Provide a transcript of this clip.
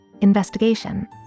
investigation